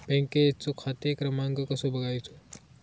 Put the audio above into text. बँकेचो खाते क्रमांक कसो बगायचो?